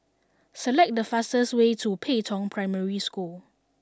select the fastest way to Pei Tong Primary School